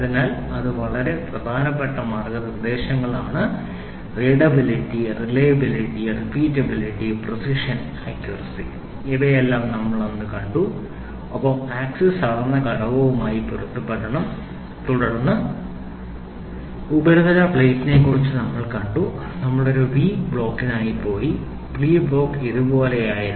അതിനാൽ ഇത് വളരെ പ്രധാനപ്പെട്ട മാർഗ്ഗനിർദ്ദേശങ്ങളാണ് readability reliability repeatability precision accuracy readability reliability repeatability precision accuracy ഇവയെല്ലാം നമ്മൾ അന്ന് കണ്ടു ഒപ്പം ആക്സിസ് അളന്ന ഘടകവുമായി പൊരുത്തപ്പെടണം തുടർന്ന് ഉപരിതല പ്ലേറ്റിനെക്കുറിച്ച് നമ്മൾ കണ്ടു നമ്മൾ ഒരു വി ബ്ലോക്കിനായി പോയി വി ബ്ലോക്ക് ഇതുപോലെയായിരുന്നു